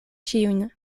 ĉiujn